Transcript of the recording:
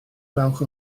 falch